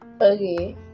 Okay